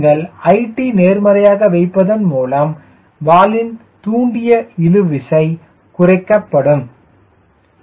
நீங்கள் it நேர்மறையாக வைப்பதன் மூலம் வாலின் தூண்டிய இழுவிசை குறைக்கமுடியும்